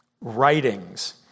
writings